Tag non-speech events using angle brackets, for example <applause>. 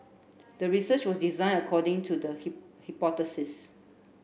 the research was design according to the <unintelligible>